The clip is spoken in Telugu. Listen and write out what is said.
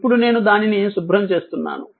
ఇప్పుడు నేను దానిని శుభ్రం చేస్తున్నాను